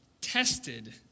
tested